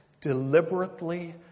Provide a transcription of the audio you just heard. Deliberately